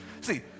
See